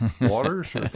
Waters